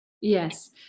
yes